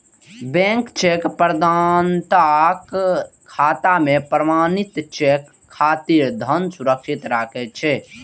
bank cheque प्रदाताक खाता मे प्रमाणित चेक खातिर धन सुरक्षित राखै छै